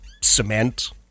cement